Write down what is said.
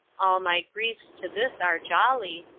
all my griefs to this are jolly,